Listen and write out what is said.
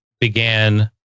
began